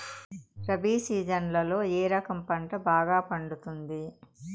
రబి సీజన్లలో ఏ రకం పంట బాగా పండుతుంది